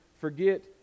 forget